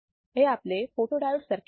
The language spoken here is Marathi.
हे आपले फोटोडायोड सर्किट आहे